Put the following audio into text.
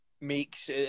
makes